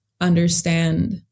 understand